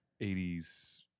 80s